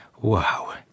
Wow